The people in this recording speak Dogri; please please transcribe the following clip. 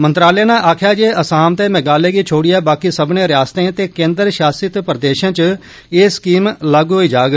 मंत्रालय नै आक्खेआ जे असाम ते मेघालय गी छोड़ियै बाकी सब्बनें रिआसतें ते केन्द्र शासित प्रदेशें च एह् स्कीम लागू होई जाग